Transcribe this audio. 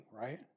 right